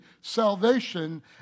salvation